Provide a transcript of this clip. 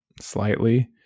slightly